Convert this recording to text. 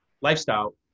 lifestyle